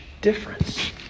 difference